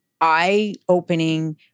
eye-opening